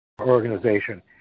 organization